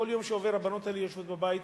כל יום שעובר הבנות האלה יושבות בבית,